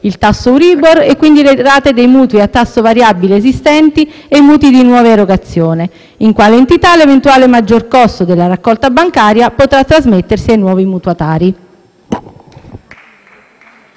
il tasso Euribor e, quindi, le rate dei mutui a tasso variabile esistenti e i mutui di nuova erogazione; in quale entità, infine, l'eventuale maggior costo della raccolta bancaria potrà trasmettersi ai nuovi mutuatari.